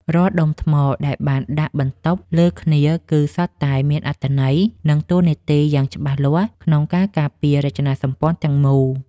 រាល់ដុំថ្មដែលបានដាក់បន្តុបលើគ្នាគឺសុទ្ធតែមានអត្ថន័យ និង តួនាទីយ៉ាងច្បាស់លាស់ក្នុងការការពាររចនាសម្ព័ន្ធទាំងមូល។